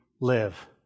live